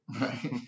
Right